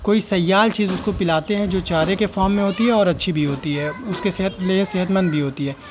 کوئی سیال چیز اس کو پلاتے ہیں جو چارے کے فام میں ہوتی ہے اور اچھی بھی ہوتی ہے اس کے صحت لیے صحت مند بھی ہوتی ہے